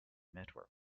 network